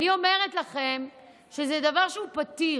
אני אומרת לכם שזה דבר שהוא פתיר,